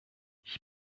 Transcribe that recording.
ich